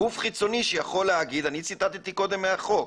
גוף חיצוני שיכול להגיד, אני ציטטתי קודם מהחוק,